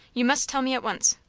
you must tell me at once.